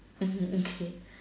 okay